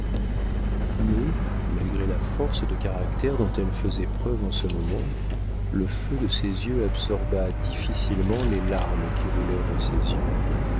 mais malgré la force de caractère dont elle faisait preuve en ce moment le feu de ses yeux absorba difficilement les larmes qui roulèrent dans ses yeux